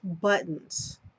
buttons